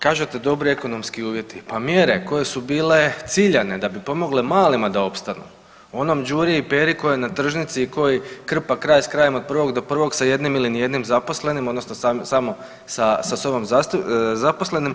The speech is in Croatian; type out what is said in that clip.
Kažete dobri ekonomski uvjeti, pa mjere koje su bile ciljane da bi pomogle malima da opstanu, onom Đuri i Peri koji je na tržnici i koji krpa kraj s krajem od prvog do prvog sa jednim ili nijednim zaposlenim odnosno samo sa sobom zaposlenim.